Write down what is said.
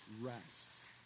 rest